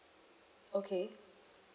okay